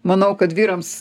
manau kad vyrams